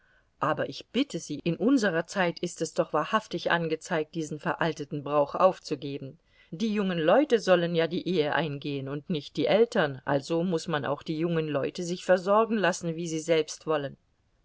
aber ich bitte sie in unserer zeit ist es doch wahrhaftig angezeigt diesen veralteten brauch aufzugeben die jungen leute sollen ja die ehe eingehen und nicht die eltern also muß man auch die jungen leute sich versorgen lassen wie sie selbst wollen